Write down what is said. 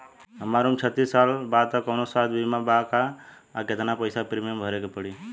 हमार उम्र छत्तिस साल बा त कौनों स्वास्थ्य बीमा बा का आ केतना पईसा प्रीमियम भरे के पड़ी?